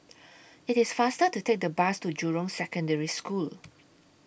IT IS faster to Take The Bus to Jurong Secondary School